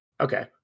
okay